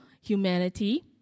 humanity